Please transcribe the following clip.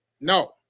No